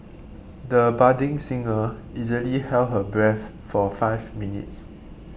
the budding singer easily held her breath for five minutes